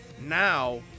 now